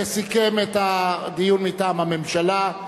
שסיכם את הדיון מטעם הממשלה.